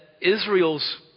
Israel's